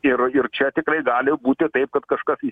ir ir čia tikrai gali būti taip kad kažkas